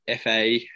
fa